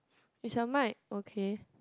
is your mic okay